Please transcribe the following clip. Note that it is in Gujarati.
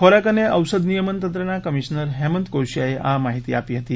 ખોરાક અને ઔષધ નિયમન તંત્રના કમિશનર હેમંત કોશીયાએ આ માહિતી આપી હતી